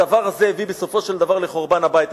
הדבר הזה הביא בסופו של דבר לחורבן הבית.